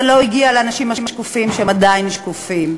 זה לא הגיע לאנשים השקופים שהם עדיין שקופים,